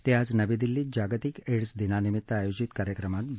ते आज नवी दिल्लीत जागतिक एङ्स दिनानिमित्त आयोजित कार्यक्रमात बोलत होते